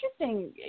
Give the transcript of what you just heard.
interesting